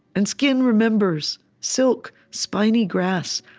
and skin remembers silk, spiny grass,